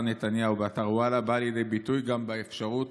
נתניהו באתר וואלה באה לידי ביטוי גם באפשרות